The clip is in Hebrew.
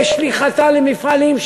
בשליחתה למפעלים,